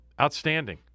Outstanding